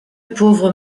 pauvre